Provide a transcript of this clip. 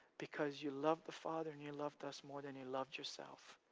because you love the father and you loved us more than you loved yourself.